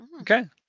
Okay